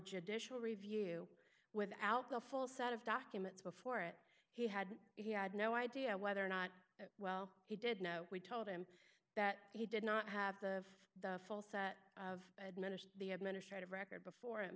judicial review without the full set of documents before it he had he had no idea whether or not well he did know we told him that he did not have the the full set of administer the administrative record before him